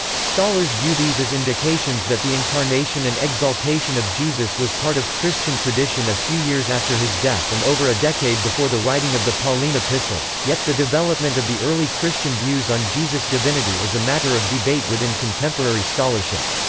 scholars view these as indications that the incarnation and exaltation of jesus was part of christian tradition a few years after his death and over a decade before the writing of the pauline epistles yet, the development of the early christian views on jesus' divinity is a matter of debate within contemporary scholarship.